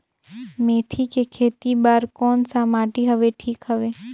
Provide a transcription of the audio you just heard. मेथी के खेती बार कोन सा माटी हवे ठीक हवे?